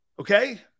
Okay